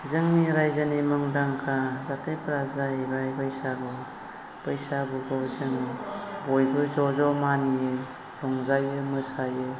जोंनि रायजोनि मुंदांखा जाथायफोरा जाहैबाय बैसागु बैसागुखौ जों बयबो ज' ज' मानियो रंजायो मोसायो